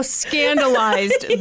scandalized